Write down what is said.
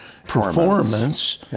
performance